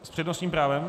S přednostním právem?